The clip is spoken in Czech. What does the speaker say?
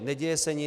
Neděje se nic.